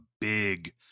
big